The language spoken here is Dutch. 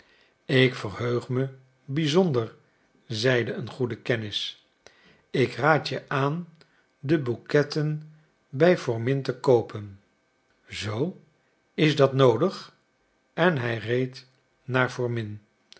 ik verheug me bizonder zeide een goede kennis ik raad je aan de bouquetten bij fomin te koopen zoo is dat noodig en hij reed naar fomin